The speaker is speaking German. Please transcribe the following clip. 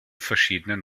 verschiedenen